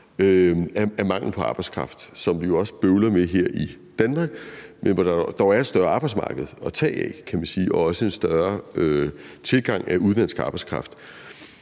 manglen på arbejdskraft, som vi jo også bøvler med her i Danmark, men hvor der dog er et større arbejdsmarked at tage af, kan man sige, og også en større tilgang af udenlandsk arbejdskraft.